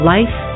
Life